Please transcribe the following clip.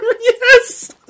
Yes